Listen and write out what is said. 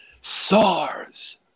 SARS